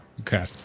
Okay